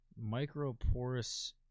Microporous